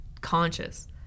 conscious